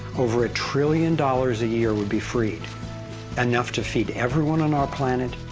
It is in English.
over a trillion dollars a year would be freed enough to feed everyone on our planet,